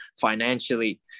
financially